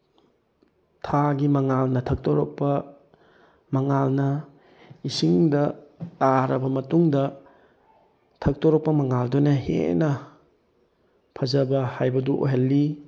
ꯊꯥꯒꯤ ꯃꯉꯥꯜꯅ ꯊꯛꯇꯣꯔꯛꯄ ꯃꯉꯥꯜꯅ ꯏꯁꯤꯡꯗ ꯇꯥꯔꯕ ꯃꯇꯨꯡꯗ ꯊꯛꯇꯣꯔꯛꯄ ꯃꯉꯥꯜꯗꯨꯅ ꯍꯦꯟꯅ ꯐꯖꯕ ꯍꯥꯏꯕꯗꯨ ꯑꯣꯏꯍꯟꯂꯤ